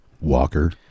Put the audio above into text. walker